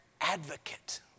advocate